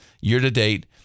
year-to-date